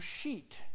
sheet